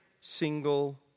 single